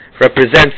represents